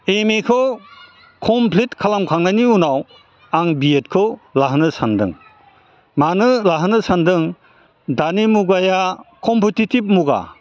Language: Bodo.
एमएखौ कमप्लिट खालामखांनायनि उनाव आं बिएड खौ लाहोनो सान्दों मानो लाहोनो सान्दों दानि मुगाया कमपटेटिभ मुगा